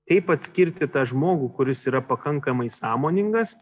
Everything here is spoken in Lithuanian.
kaip atskirti tą žmogų kuris yra pakankamai sąmoningas